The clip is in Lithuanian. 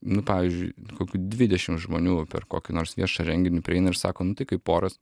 nu pavyzdžiui kokių dvidešimt žmonių per kokį nors viešą renginį prieina ir sako nu tai kaip oras